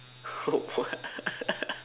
oh what